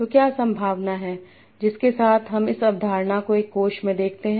तो क्या संभावना है जिसके साथ हम इस अवधारणा को एक कोष में देखते हैं